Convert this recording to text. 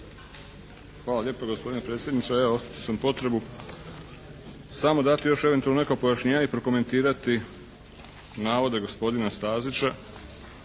Hvala lijepa gospodine predsjedniče. Evo, osjetio sam potrebu samo dati eventualno još neko pojašnjenje i prokomentirati navode gospodina Stazića.